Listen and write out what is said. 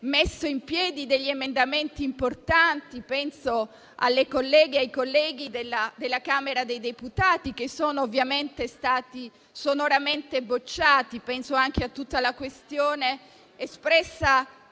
messo in piedi degli emendamenti importanti (penso alle colleghe e ai colleghi della Camera dei deputati), che ovviamente sono stati sonoramente bocciati. Penso anche a tutta la questione espressa